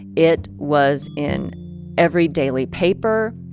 it was in every daily paper.